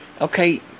okay